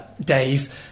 dave